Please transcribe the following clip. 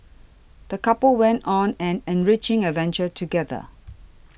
the couple went on an enriching adventure together